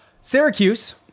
Syracuse